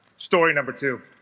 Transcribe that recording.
story number two